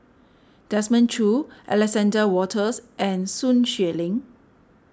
Desmond Choo Alexander Wolters and Sun Xueling